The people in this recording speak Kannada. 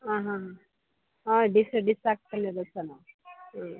ಹಾಂ ಹಾಂ ಹಾಂ ಡಿಸ್ ಡಿಸ್ ಹಾಕ್ಸ್ಕೊಂಡಿರೋದ್ ಸರ್ ನಾವು ಹ್ಞೂ